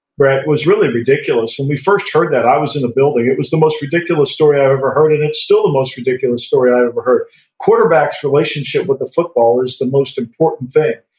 brett, was really ridiculous. when we first heard that i was in the building. it was the most ridiculous story i've ever heard, and its still the most ridiculous story i've ever heard. a quarterbacks relationship with the football is the most important thing,